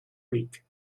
week